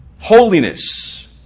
Holiness